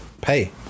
pay